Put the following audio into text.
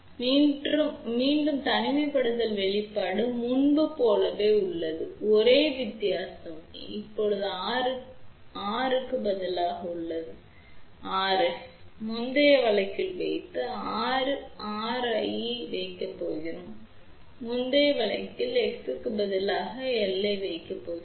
எனவே மீண்டும் தனிமைப்படுத்தல் வெளிப்பாடு முன்பு போலவே உள்ளது ஒரே வித்தியாசம் இப்போது R க்கு பதிலாக உள்ளது Rf முந்தைய வழக்கில் வைத்து இப்போது நாம் R Rr ஐ வைக்கப் போகிறோம் முந்தைய வழக்கில் X ஐ பதிலாக L ஆக வைக்கிறோம்